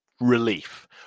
relief